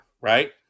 right